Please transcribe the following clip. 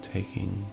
Taking